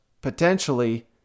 potentially –